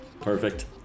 Perfect